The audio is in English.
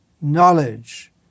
knowledge